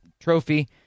Trophy